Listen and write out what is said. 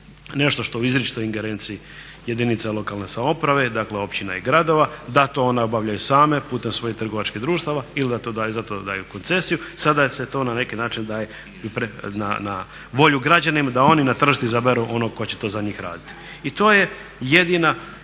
nešto što je u izričitoj ingerenciji jedinica lokalne samouprave, dakle općina i gradova da to one obavljaju same putem svojih trgovačkih društava ili da za to daju koncesiju. Sada se to na neki način daje na volju građanima da oni na tržištu izaberu onog tko će za to njih raditi. I to je jedina